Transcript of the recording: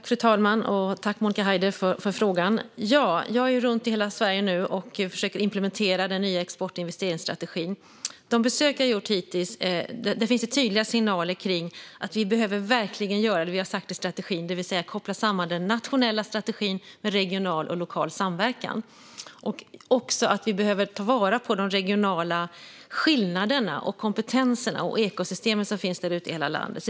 Fru talman! Tack för frågan, Monica Haider! Ja, jag reser nu runt i hela Sverige och försöker implementera den nya export och investeringsstrategin. Vid de besök jag har gjort hittills har jag fått tydliga signaler om att vi verkligen behöver göra det vi har sagt i strategin, det vill säga koppla samman den nationella strategin med regional och lokal samverkan. Vi behöver också ta vara på de regionala skillnader, de kompetenser och de ekosystem som finns där ute i hela landet.